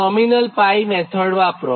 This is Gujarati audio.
નોમિનલ 𝜋 મેથડ વાપરો